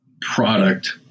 product